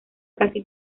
casi